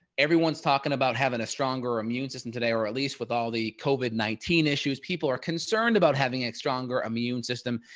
everyone's talking about having a stronger immune system today, or at least with all the covid nineteen issues, people are concerned about having a stronger immune system.